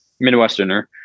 Midwesterner